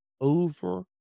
over